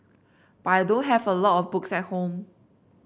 but I don't have a lot of books at home